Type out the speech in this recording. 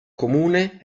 comune